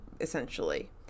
essentially